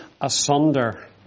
asunder